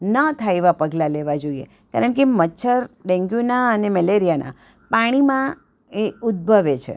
ન થાય એવા પગલાં લેવાં જોઈએ કારણકે મચ્છર ડેન્ગ્યુનાં અને મેલેરિયાનાં પાણીમાં એ ઉદ્દભવે છે